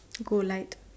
go light